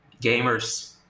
gamers